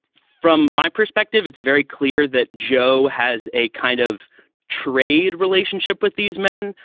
from my perspective, it's very clear that joe has a kind of trade relationship with these men.